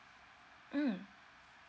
mm